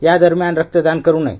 यादरम्यान रक्तदान करू नये